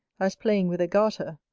as playing with a garter,